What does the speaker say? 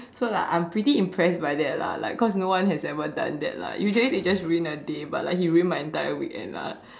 so like I'm pretty impressed by that lah like cause no one has ever done that lah usually they just ruin a day but like he ruin my entire weekend lah